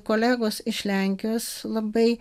kolegos iš lenkijos labai